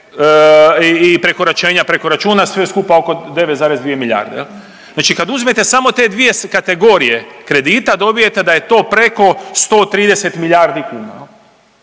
i prekoračenja preko računa, sve skupa oko 9,2 milijarde jel. Znači kad uzmete samo te dvije kategorije kredita dobijete da je to preko 130 milijardi kuna